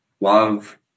love